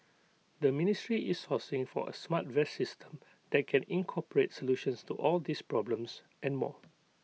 the ministry is sourcing for A smart vest system that can incorporate solutions to all these problems and more